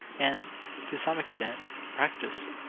and to some extent practice,